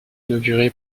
inauguré